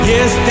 Yes